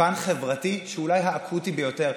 ופן חברתי שהוא אולי האקוטי ביותר.